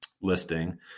listing